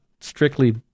strictly